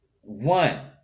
One